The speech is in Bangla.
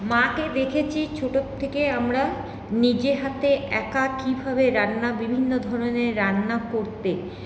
মাকে দেখেছি ছোটোর থেকে আমরা নিজে হাতে একা কীভাবে রান্না বিভিন্ন ধরনের রান্না করতে